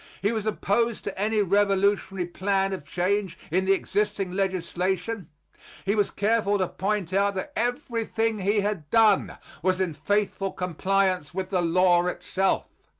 he was opposed to any revolutionary plan of change in the existing legislation he was careful to point out that everything he had done was in faithful compliance with the law itself.